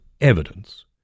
evidence